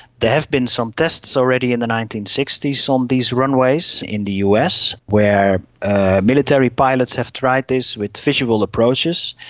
there have been some tests already in the nineteen sixty s on these runways in the us where military pilots have tried this with visual approaches.